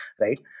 right